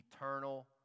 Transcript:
eternal